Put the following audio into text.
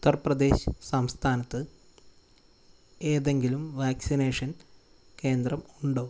ഉത്തർപ്രദേശ് സംസ്ഥാനത്ത് ഏതെങ്കിലും വാക്സിനേഷൻ കേന്ദ്രം ഉണ്ടോ